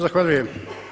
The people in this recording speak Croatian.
Zahvaljujem.